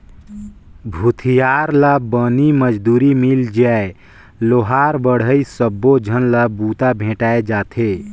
भूथियार ला बनी मजदूरी मिल जाय लोहार बड़हई सबो झन ला बूता भेंटाय जाथे